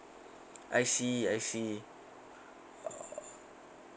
I see I see